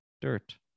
Dirt